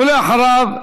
ואחריו,